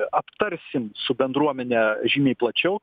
aptarsim su bendruomene žymiai plačiau